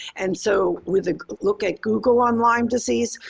and so, with the look at google on lyme disease,